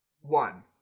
One